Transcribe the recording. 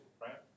right